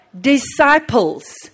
disciples